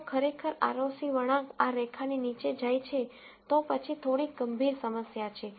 જો ખરેખર આરઓસી વળાંક આ રેખાની નીચે જાય છે તો પછી થોડી ગંભીર સમસ્યા છે